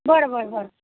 बरं बरं बरं